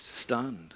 stunned